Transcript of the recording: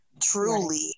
truly